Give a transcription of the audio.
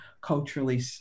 culturally